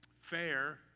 fair